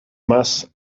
mass